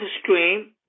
stream